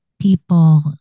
people